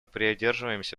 придерживаемся